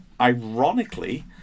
ironically